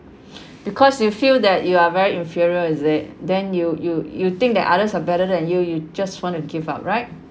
because you feel that you are very inferior is it then you you you think that others are better than you you just want to give up right